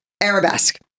arabesque